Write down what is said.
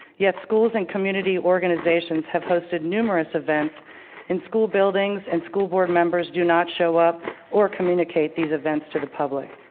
yet schools in community organizations have hosted numerous events in school buildings and school board members do not show up or communicate these events to the public.